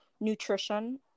nutrition